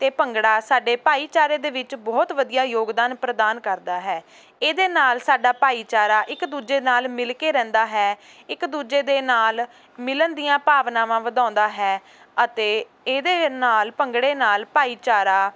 ਅਤੇ ਭੰਗੜਾ ਸਾਡੇ ਭਾਈਚਾਰੇ ਦੇ ਵਿੱਚ ਬਹੁਤ ਵਧੀਆ ਯੋਗਦਾਨ ਪ੍ਰਦਾਨ ਕਰਦਾ ਹੈ ਇਹਦੇ ਨਾਲ ਸਾਡਾ ਭਾਈਚਾਰਾ ਇੱਕ ਦੂਜੇ ਨਾਲ ਮਿਲ ਕੇ ਰਹਿੰਦਾ ਹੈ ਇੱਕ ਦੂਜੇ ਦੇ ਨਾਲ ਮਿਲਣ ਦੀਆਂ ਭਾਵਨਾਵਾਂ ਵਧਾਉਂਦਾ ਹੈ ਅਤੇ ਇਹਦੇ ਨਾਲ ਭੰਗੜੇ ਨਾਲ ਭਾਈਚਾਰਾ